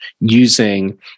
using